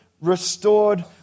restored